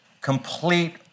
complete